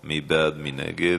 מי נגד?